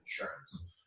insurance